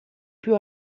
più